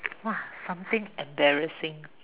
!wah! something embarrassing